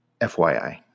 FYI